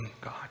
God